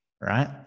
right